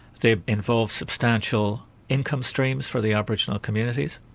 they involved substantial income streams for the aboriginal communities.